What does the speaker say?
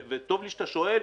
וטוב לי שאתה שואל,